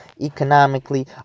economically